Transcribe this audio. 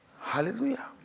Hallelujah